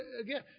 again